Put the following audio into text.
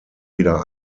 wieder